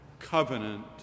covenant